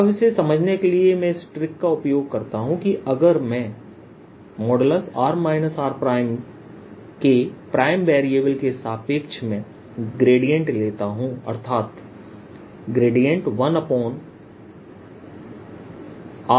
अब इसे समझने के लिए मैं इस ट्रिक का उपयोग करता हूं कि अगर मैं r r के प्राइम वेरिएबल के सापेक्ष में ग्रेडिएंट लेता हूं अर्थात 1